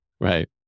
Right